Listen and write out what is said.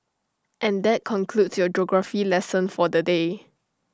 and that concludes your geography lesson for the day